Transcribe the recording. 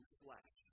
flesh